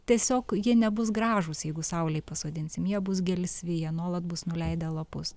tiesiog jie nebus gražūs jeigu saulėj pasodinsim jie bus gelsvi jie nuolat bus nuleidę lapus